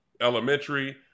elementary